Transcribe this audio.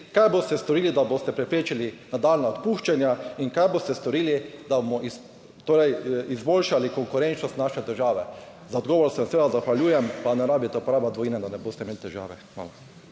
Kaj boste storili, da boste preprečili nadaljnja odpuščanja? Kaj boste storili, da bomo izboljšali konkurenčnost naše države? Za odgovore se vam seveda zahvaljujem. Ni vam treba uporabiti dvojine, da ne boste imeli težav. Hvala.